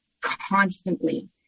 constantly